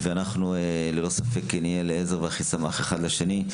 ואנחנו ללא ספק נהיה לעזר והכי סמך אחד לשני.